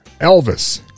Elvis